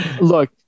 look